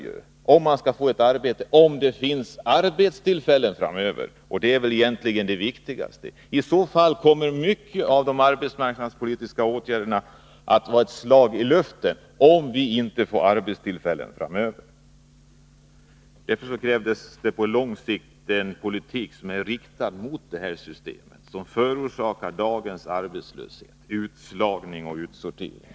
Men om man skall få ett arbete avgörs ju av om det framöver finns några arbetstillfällen. Det viktigaste är egentligen att det skapas arbetstillfällen. I annat fall kommer många av de arbetsmarknadspolitiska åtgärderna att vara ett slag i luften. På lång sikt krävs det därför en politik som är riktad mot det system som förorsakar dagens arbetslöshet, utslagning och utsortering.